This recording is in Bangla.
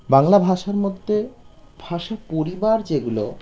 বাংলা ভাষার মধ্যে ভাষা পরিবার যেগুলো